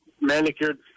manicured